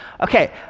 Okay